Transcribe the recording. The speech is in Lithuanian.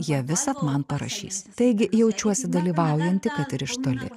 jie visad man parašys taigi jaučiuosi dalyvaujanti kad ir iš toli